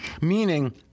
Meaning